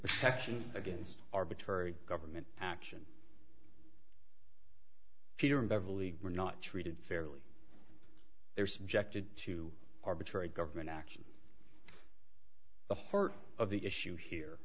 protection against arbitrary government action here in beverly were not treated fairly they're subjected to arbitrary government action the heart of the issue here